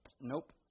Nope